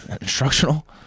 Instructional